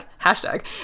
hashtag